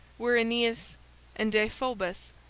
were aeneas and deiphobus,